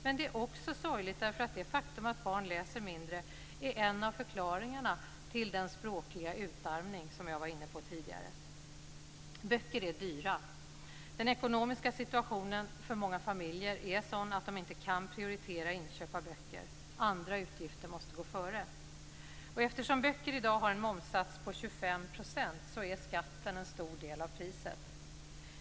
Men det är också sorgligt därför att det faktum att barn läser mindre är en av förklaringarna till den språkliga utarmning som jag var inne på tidigare. Böcker är dyra. Den ekonomiska situationen för många familjer är sådan att de inte kan prioritera inköp av böcker. Andra utgifter måste gå före. Eftersom böcker i dag har en momssats på 25 % är skatten en stor del av priset.